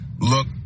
look